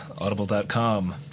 audible.com